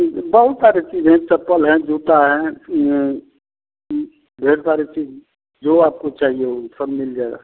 बहुत सारा चीज़ हैं चप्पल है जूता है ढेर सारा चीज़ जो आपको चाहिए वह सब मिल जाएगा